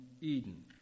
Eden